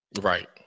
Right